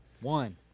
One